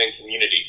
community